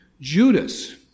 Judas